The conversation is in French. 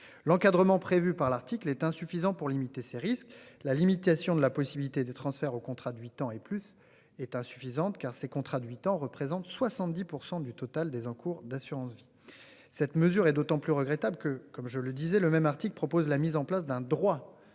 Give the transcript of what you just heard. L'encadrement prévu par l'article est insuffisant pour limiter ces risques, la limitation de la possibilité de transfert au contrat de huit ans et plus est insuffisante car ces contrats de huit ans, représentent 70% du total des encours d'assurance-vie. Cette mesure est d'autant plus regrettable que, comme je le disais, le même article propose la mise en place d'un droit à la